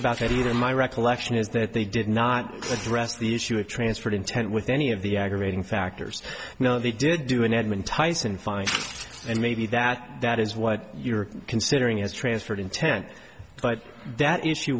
about that either my recollection is that they did not address the issue of transferred intent with any of the aggravating factors you know they did do an admin thyssen fine and maybe that that is what you're considering has transferred intent but that issue